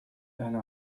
einer